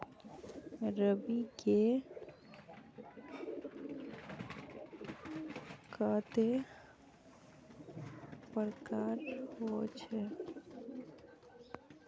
रवि के कते प्रकार होचे?